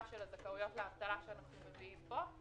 של הזכאויות לאבטלה שאנחנו מביאים פה,